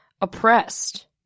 oppressed